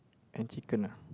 and chicken